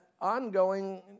ongoing